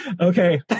Okay